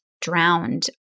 drowned